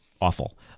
awful